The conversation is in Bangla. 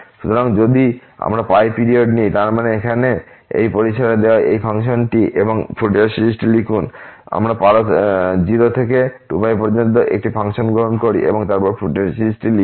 সুতরাং যদি আমরা পিরিয়ড নিই তার মানে এখানে এই পরিসরে দেওয়া একটি ফাংশন এবং ফুরিয়ার সিরিজটি লিখুন অথবা আমরা 0 থেকে 2π পর্যন্ত একটি ফাংশন গ্রহণ করি এবং তারপর ফুরিয়ার সিরিজটি লিখি